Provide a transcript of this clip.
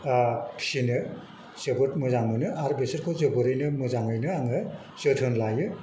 फिसिनो जोबोद मोजां मोनो आरो बेसोरखौ जोबोरैनो मोजाङैनो आङो जोथोन लायो